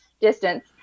distance